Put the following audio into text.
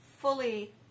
fully